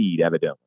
evidently